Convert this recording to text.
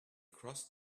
crossed